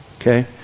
Okay